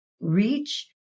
Reach